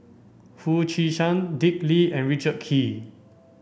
Foo Chee San Dick Lee and Richard Kee